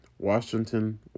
Washington